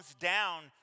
down